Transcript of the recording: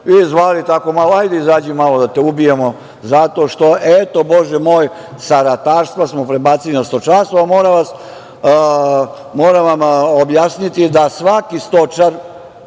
i zvali tako malo – hajde izađi malo da te ubijemo, zato što, eto, Bože moj, sa ratarstva smo prebacili na stočarstvo. Moram vam objasniti da svaki stočar